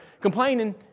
complaining